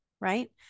right